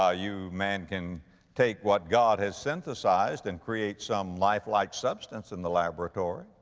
ah you, man can take what god has synthesized and create some life-like substance in the laboratory.